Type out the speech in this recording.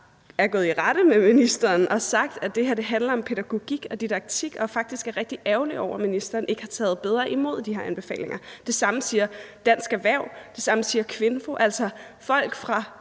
er gået i rette med ministeren og har sagt, at det her handler om pædagogik og didaktik, og man er faktisk rigtig ærgerlig over, at ministeren ikke har taget bedre imod de her anbefalinger. Det samme siger Dansk Erhverv og Kvinfo, altså folk fra